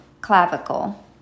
clavicle